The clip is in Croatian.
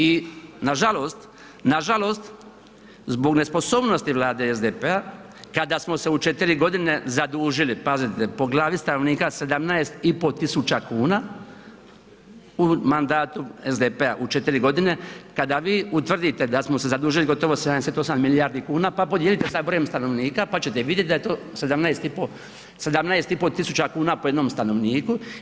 I nažalost, nažalost zbog nesposobnosti vlade SDP-a kada smo se u 4 godine zadužili, pazite po glavi stanovnika 17.500 kuna u mandatu SDP-a u 4.g. kada vi utvrdite da smo se zadužili gotovo 78 milijardi kuna, pa podijelite sa brojem stanovnika, pa ćete vidjet da je to 17,5 tisuća kuna po jednom stanovniku.